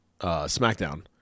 Smackdown